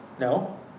No